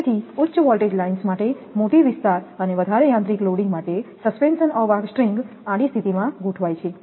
તેથી ઉચ્ચ voltage lines માટે મોટી વિસ્તાર અને વધારે યાંત્રિક લોડિંગ માટે સસ્પેન્શન અવાહક સ્ટ્રિંગ આડી સ્થિતિમાં ગોઠવાય છે